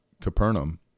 Capernaum